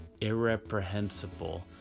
irreprehensible